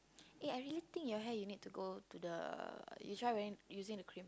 eh I really think your hair you need to go to the you try wearing using the cream